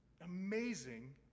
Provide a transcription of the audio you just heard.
Amazing